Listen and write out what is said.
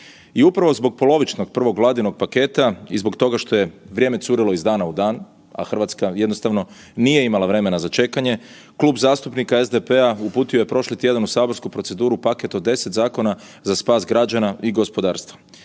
I upravo zbog polovičnog prvog Vladinog paketa i zbog toga što je vrijeme curilo iz dana u dan, a Hrvatska jednostavno nije imala vremena za čekanje Klub zastupnika SDP-a uputio je prošli tjedan u saborsku proceduru paket od 10 zakona za spas građana i gospodarstva